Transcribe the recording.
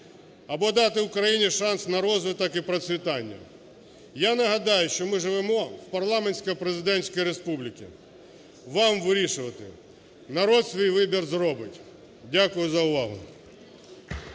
або дати Україні шанс на розвиток і процвітання. Я нагадаю, що ми живемо в парламентсько-президентській республіці. Вам вирішувати. Народ свій вибір зробить. Дякую за увагу.